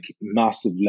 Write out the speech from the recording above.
massive